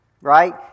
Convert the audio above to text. Right